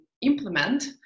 implement